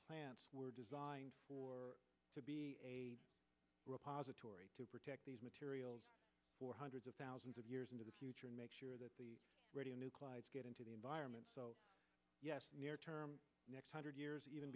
plants were designed for the repository to protect these materials for hundreds of thousands of years into the future and make sure that the radio nuclides get into the environment so yes term next hundred years even